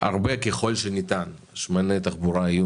פוטרים ככל שניתן שמני תחבורה.